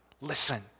Listen